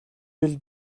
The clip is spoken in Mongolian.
жил